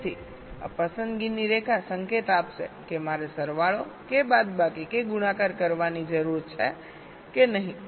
તેથી પસંદગીની રેખા સંકેત આપશે કે મારે સરવાળો કે બાદબાકી કે ગુણાકાર કરવાની જરૂર છે કે નહીં